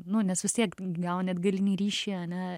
nu nes vis tiek gauni atgalinį ryšį ane